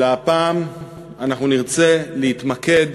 אלא הפעם אנחנו נרצה להתמקד